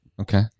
okay